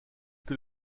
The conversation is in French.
que